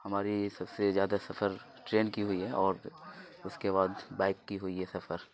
ہمارے لیے سب سے زیادہ سفر ٹرین کی ہوئی ہے اور اس کے بعد بائک کی ہوئی ہے سفر